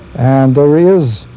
and there is